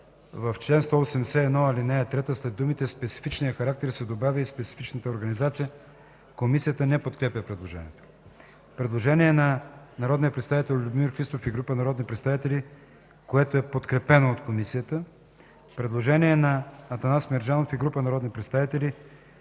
В чл. 181, ал. 3 след думите „специфичния характер” се добавя „и специфичната организация”.” Комисията не подкрепя предложението. Предложение на народния представител Любомир Христов и група народни представители, което е подкрепено от Комисията. Предложение на Атанас Мерджанов и група народни представители: